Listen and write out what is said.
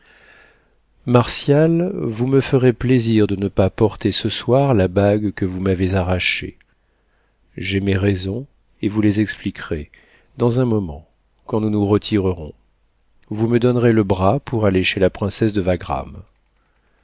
vous me ferez plaisir de ne pas porter ce soir la bague que vous m'avez arrachée j'ai mes raisons et vous les expliquerai dans un moment quand nous nous retirerons vous me donnez le bras pour aller chez la princesse de